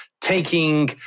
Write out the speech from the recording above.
taking